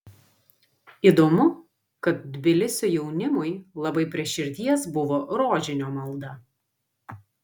įdomu kad tbilisio jaunimui labai prie širdies buvo rožinio malda